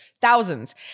Thousands